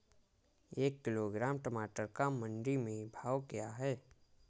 एक किलोग्राम टमाटर का मंडी में भाव क्या है?